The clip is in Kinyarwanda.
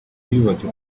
yubatse